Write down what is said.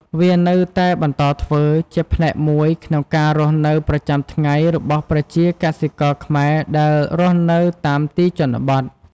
វានៅតែបន្តធ្វើជាផ្នែកមួយក្នុងការរស់នៅប្រចាំថ្ងៃរបស់ប្រជាកសិករខ្មែរដែលរស់នៅតាមទីជនបទ។